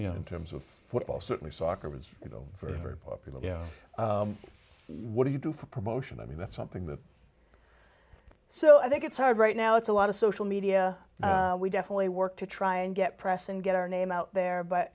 you know in terms of football certainly soccer was you know for very popular you know what do you do for promotion i mean that's something that so i think it's hard right now it's a lot of social media we definitely work to try and get press and get our name out there but